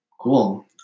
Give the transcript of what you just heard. Cool